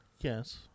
yes